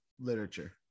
literature